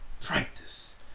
Practice